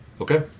Okay